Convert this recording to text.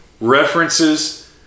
references